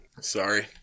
Sorry